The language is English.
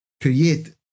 create